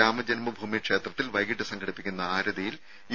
രാമജന്മഭൂമി ക്ഷേത്രത്തിൽ വൈകിട്ട് സംഘടിപ്പിക്കുന്ന ആരതിയിൽ യു